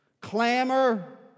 clamor